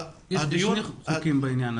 יש שני חוקים בעניין הזה.